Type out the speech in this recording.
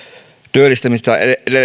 työllistymistä